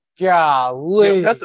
Golly